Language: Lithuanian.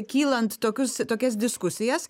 kylant tokius tokias diskusijas